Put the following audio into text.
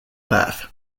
path